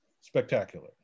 spectacular